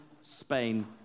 Spain